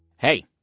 hey,